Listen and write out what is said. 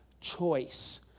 choice